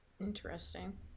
Interesting